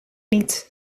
niet